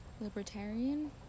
libertarian